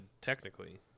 Technically